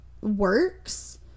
works